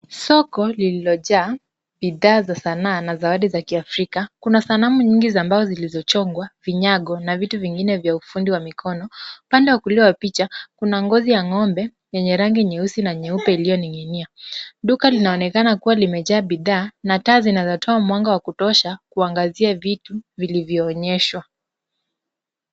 Soko ililojaa bidhaa za sanaa na zawadi za kiafrika. Kuna sanamu nyingi za mbao zilizochongwa, vinyago na vitu vingine vya ufundi wa mikono. Upande wa kulia wa picha, kuna ngozi ya ng'ombe, yenye rangi nyeusi na nyeupe iliyoning'inia. Duka linaonekana kuwa limejaa bidhaa na taa zinazotoa mwanga wa kutosha kuangazia vitu vilivyoonyeshwa.